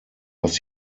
was